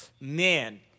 Man